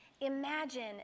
Imagine